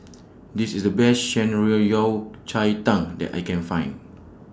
This IS The Best Shan Rui Yao Cai Tang that I Can Find